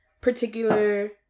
particular